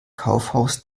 kaufhaus